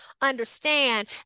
understand